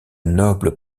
noble